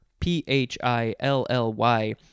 P-H-I-L-L-Y